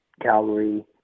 Calgary